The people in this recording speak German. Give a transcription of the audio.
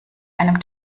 einem